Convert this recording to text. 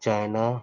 China